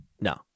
No